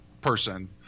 person